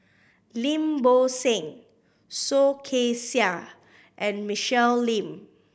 Lim Bo Seng Soh Kay Siang and Michelle Lim